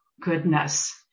goodness